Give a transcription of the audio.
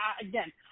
Again